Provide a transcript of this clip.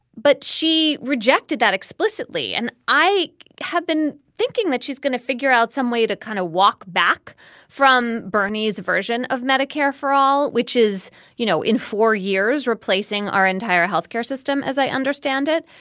but she rejected that explicitly. and i have been thinking that she's going to figure out some way to kind of walk back from bernie's version of medicare for all which is you know in four years replacing our entire health care system as i understand it.